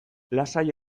lasai